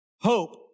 Hope